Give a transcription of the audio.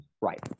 Right